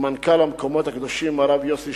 לקראת יום ל"ג בעומר.